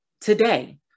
today